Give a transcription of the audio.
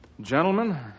Gentlemen